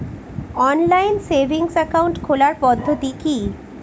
Online savings account খোলার পদ্ধতি কি?